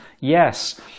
Yes